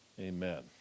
Amen